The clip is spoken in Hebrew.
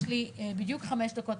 יש לי בדיוק חמש דקות,